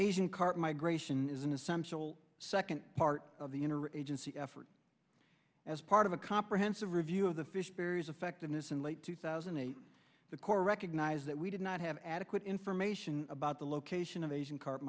asian carp migration is an essential second part of the inner agency effort as part of a comprehensive review of the fish series effectiveness in late two thousand and eight the core recognize that we did not have adequate information about the location of asian carp